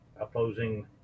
opposing